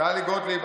טלי גוטליב,